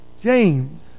James